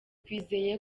twizeye